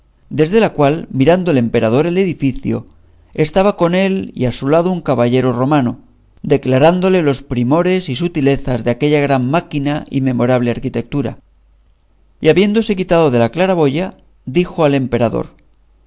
desde la cual mirando el emperador el edificio estaba con él y a su lado un caballero romano declarándole los primores y sutilezas de aquella gran máquina y memorable arquitetura y habiéndose quitado de la claraboya dijo al emperador